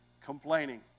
Complaining